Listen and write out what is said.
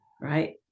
Right